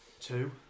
Two